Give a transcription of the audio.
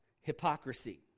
hypocrisy